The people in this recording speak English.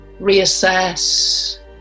reassess